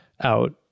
out